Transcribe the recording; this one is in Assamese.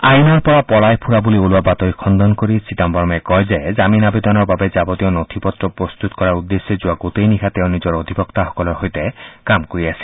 আইনৰ পৰা পলাই ফুৰা বুলি ওলোৱা বাতৰি খণ্ডন কৰি চিদাম্বৰমে কয় যে জামিন আৱেদনৰ বাবে যাৰতীয় নথি পত্ৰ প্ৰস্তত কৰাৰ উদ্দেশ্যে যোৱা গোটেই নিশা তেওঁ নিজৰ অধিবক্তাসকলৰ সৈতে কাম কৰি আছিল